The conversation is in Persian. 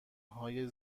های